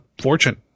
fortune